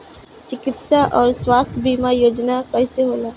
चिकित्सा आऊर स्वास्थ्य बीमा योजना कैसे होला?